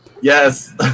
Yes